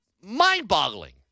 mind-boggling